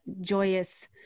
joyous